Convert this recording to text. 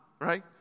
right